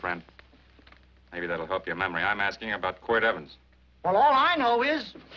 friends maybe that'll help your memory i'm asking about court evidence all i know is